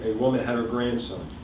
woman had her grandson